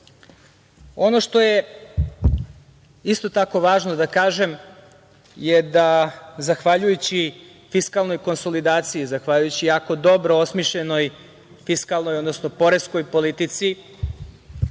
što je isto tako važno da kažem je da zahvaljujući fiskalnoj konsolidaciji, zahvaljujući jako dobro osmišljenoj fiskalnoj, odnosno poreskoj politici,